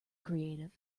creative